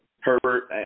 Herbert